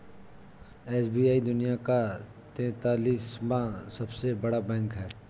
SBI दुनिया का तेंतालीसवां सबसे बड़ा बैंक है